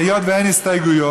היות שאין הסתייגויות